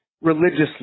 religiously